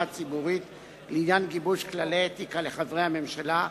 הציבורית לעניין גיבוש כללי האתיקה לחברי הממשלה,